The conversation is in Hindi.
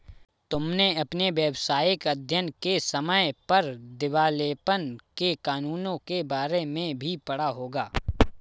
तुमने अपने व्यावसायिक अध्ययन के समय पर दिवालेपन के कानूनों के बारे में भी पढ़ा होगा